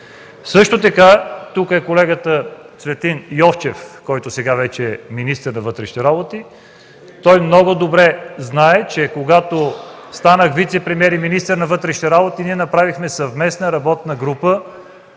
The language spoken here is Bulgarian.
сигурност. Тук е колегата Цветлин Йовчев, който вече е министър на вътрешните работи. Той много добре знае, че когато станах вицепремиер и министър на вътрешните работи, направихме съвместна работна група